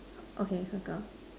okay circle